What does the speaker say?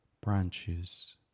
branches